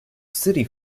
city